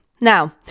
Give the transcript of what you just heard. Now